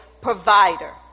provider